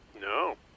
No